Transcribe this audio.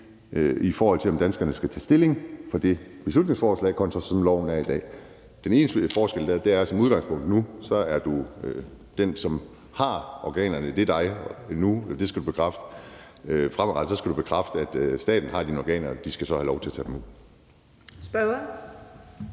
i forhold til om danskerne skal tage stilling – beslutningsforslaget kontra sådan, som loven er i dag. Den eneste forskel er, at udgangspunktet nu er, at den, som har organerne, er dig, og at du skal bekræfte det. Fremadrettet skal du bekræfte, at staten har dine organer, og at de så skal have lov til at tage dem.